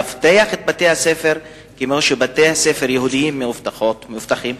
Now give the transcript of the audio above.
לאבטח את בתי-הספר כמו שבתי-ספר יהודיים מאובטחים?